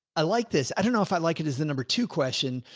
i like this. i dunno if i like it as the number two question,